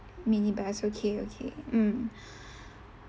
minibus okay okay mm